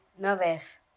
nervous